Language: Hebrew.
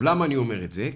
למה אני אומר את זה?